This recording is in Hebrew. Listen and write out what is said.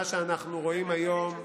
מה שאנחנו רואים היום גם